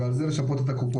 ועל זה לשפות את הקופות.